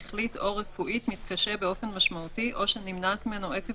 שכלית או רפואית מתקשה באופן משמעותי או שנמנעת ממנו עקב